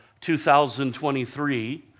2023